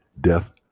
death